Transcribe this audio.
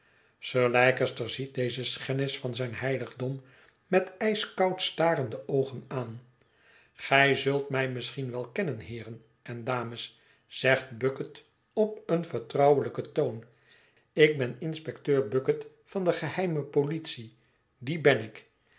sir leicester ziet deze schennis van zijn heiligdom met ijskoud starende oogen aan gij zult mij misschien wel kennen heeren en dames zegt bucket op een vertrouwelijken toon ik ben inspecteur bucket van de geheime politie die ben ik